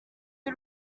y’u